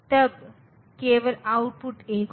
तो यह माइनस 8 नहीं है